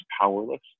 powerless